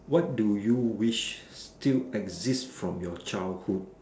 what do you wish still exist from your childhood